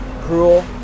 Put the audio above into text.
cruel